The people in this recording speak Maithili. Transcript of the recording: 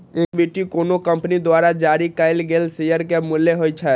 इक्विटी कोनो कंपनी द्वारा जारी कैल गेल शेयर के मूल्य होइ छै